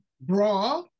bra